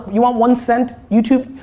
you want one cent youtube.